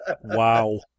Wow